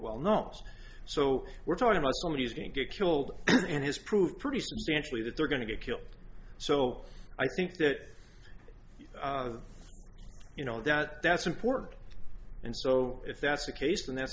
well no so we're talking about somebody who's going to get killed and has proved pretty substantially that they're going to get killed so i think that you know that that's important and so if that's the case and that's